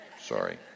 sorry